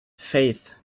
faith